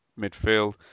midfield